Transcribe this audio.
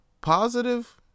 positive